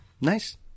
Nice